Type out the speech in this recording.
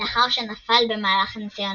לאחר שנפל במהלך הניסיון